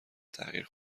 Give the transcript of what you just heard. تغییر